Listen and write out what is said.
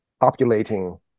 populating